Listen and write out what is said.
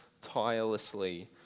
tirelessly